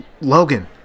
Logan